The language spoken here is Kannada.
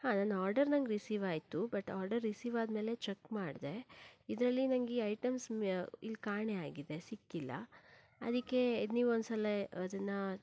ಹಾಂ ನಾ ಆರ್ಡರ್ ನಂಗೆ ರಿಸಿವಾಯ್ತು ಬಟ್ ಆರ್ಡರ್ ರಿಸಿವ್ ಆದ್ಮೇಲೆ ಚೆಕ್ ಮಾಡಿದೆ ಇದರಲ್ಲಿ ನಂಗೆ ಈ ಐಟಮ್ಸ್ ಇಲ್ಲಿ ಕಾಣೆ ಆಗಿದೆ ಸಿಕ್ಕಿಲ್ಲ ಅದಕ್ಕೆ ಇದು ನಿವೊಂದ್ಸಲ ಅದನ್ನ